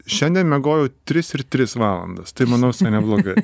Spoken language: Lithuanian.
šiandien miegojau tris ir tris valandas tai manau visai neblogai